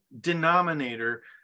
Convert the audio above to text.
denominator